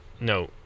no